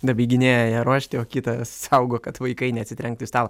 dabaiginėja ją ruošti o kitas saugo kad vaikai neatsitrenktų į stalą